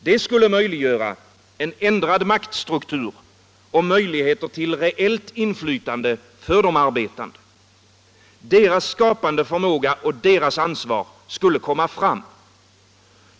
Det skulle möjliggöra en ändrad maktstruktur och möjligheter till reellt inflytande för de arbetande. Deras skapande förmåga och deras ansvar skulle komma fram.